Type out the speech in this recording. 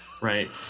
Right